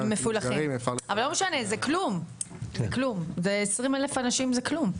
אבל לא משנה, זה כלום, עשרים אלף אנשים זה כלום.